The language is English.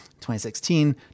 2016